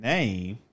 Name